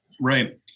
Right